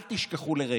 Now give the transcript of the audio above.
אל תשכחו לרגע: